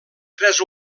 tres